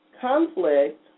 conflict